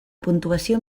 puntuació